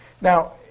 Now